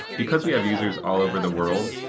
because we have users all over the world,